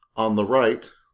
on the right,